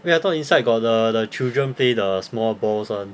wait I thought inside got the the children play the small balls one